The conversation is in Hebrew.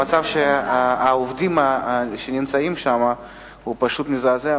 המצב של העובדים שם פשוט מזעזע,